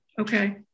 okay